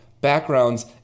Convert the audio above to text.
backgrounds